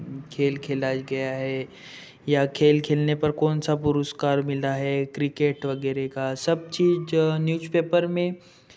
खेल खेला गया है या खेल खेलने पर कौन सा पुरस्कार मिला है क्रिकेट वगैरह का सब चीज़ न्यूज़पेपर में